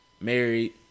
married